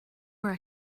where